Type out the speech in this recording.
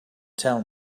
tell